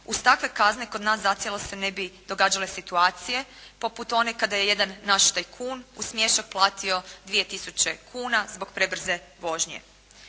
Uz takve kazne kod nas zacijelo se ne bi događale situacije poput one kada je jedan naš tajkun uz smiješak platio 2 tisuće kuna zbog prebrze vožnje.